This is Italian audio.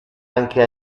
anche